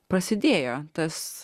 prasidėjo tas